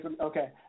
Okay